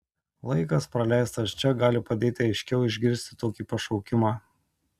laikas praleistas čia gali padėti aiškiau išgirsti tokį pašaukimą